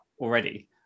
already